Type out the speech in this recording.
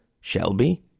Shelby